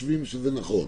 קודם חשבתם שזה נכון?